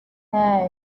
hey